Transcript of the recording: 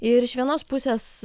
ir iš vienos pusės